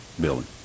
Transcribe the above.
building